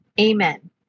Amen